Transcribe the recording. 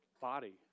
body